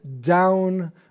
down